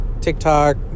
TikTok